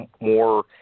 more